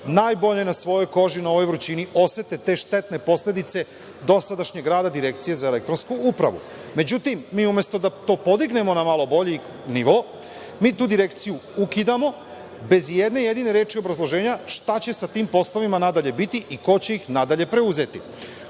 najbolje na svojoj koži na ovoj vrućini osete te štetne posledice dosadašnjeg rada Direkcije za elektronsku upravu.Međutim, mi umesto da to podignemo na malo bolji nivo, mi tu direkciju ukidamo bez ijedne jedine reči obrazloženja šta će sa tim poslovima nadalje biti i ko će ih nadalje preuzeti.